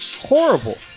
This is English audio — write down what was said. Horrible